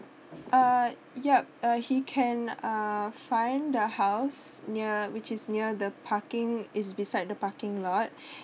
uh yup uh he can uh find the house near which is near the parking it's beside the parking lot